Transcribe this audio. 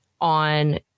on